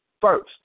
first